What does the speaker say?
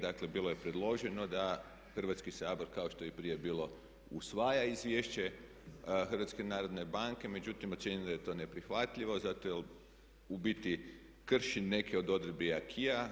Dakle, bilo je predloženo da Hrvatski sabor kao što je i prije bilo usvaja izvješće HNB-a, međutim ocjenjujem da je to neprihvatljivo zato jer u biti krši neke od odredbi acquisa.